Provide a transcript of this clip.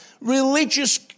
religious